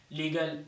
legal